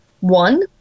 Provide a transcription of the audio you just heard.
one